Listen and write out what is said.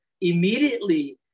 immediately